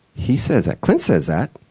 he says that clint says that.